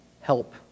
help